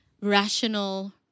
rational